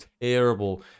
terrible